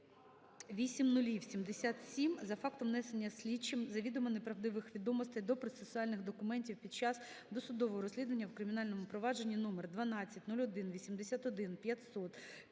за фактом внесення слідчим завідомо неправдивих відомостей до процесуальних документів під час досудового розслідування у кримінальному провадженні №12018150050001801.